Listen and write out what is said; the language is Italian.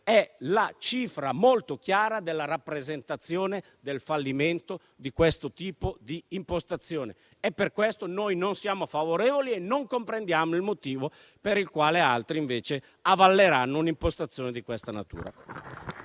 la cifra molto chiara della rappresentazione del fallimento di questo tipo di impostazione. Per tutto quanto esposto, non siamo favorevoli e non comprendiamo il motivo per il quale altri, invece, avalleranno un'impostazione di tale natura.